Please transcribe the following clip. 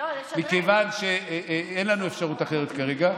מכיוון שאין לנו אפשרות אחרת כרגע,